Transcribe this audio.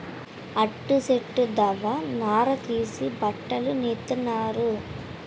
అంటి సెట్టు దవ్వ నార తీసి బట్టలు నేత్తన్నారు